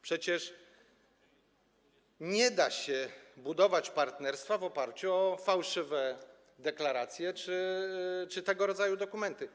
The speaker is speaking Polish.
Przecież nie da się budować partnerstwa w oparciu o fałszywe deklaracje czy tego rodzaju dokumenty.